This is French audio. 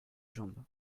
jambe